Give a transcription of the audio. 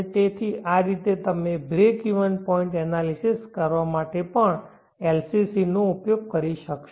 તેથી આ રીતે તમે બ્રેક ઇવન પોઇન્ટ એનાલિસિસ કરવા માટે પણ LCC નો ઉપયોગ કરી શકશો